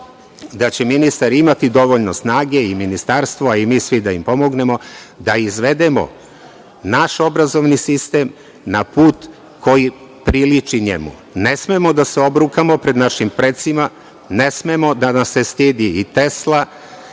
i Ministarstvo imati dovoljno snage, a i mi svi da im pomognemo, da izvedemo naš obrazovni sistem na put koji priliči njemu. Ne smemo da se obrukamo pred našim precima, ne smemo da nas se stidi i Tesla